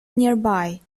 nearby